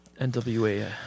NWA